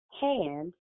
hand